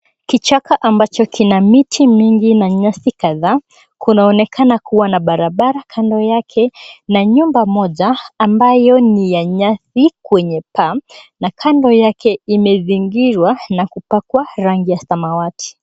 Kichaka ambacho kina miti mingi na nyasi kadhaa, kunaonekana kuwa na barabara kando yake na nyumba moja ambayo ni ya nyasi kwenye paa na kando yake imezingirwa na kupakwa rangi ya samawati.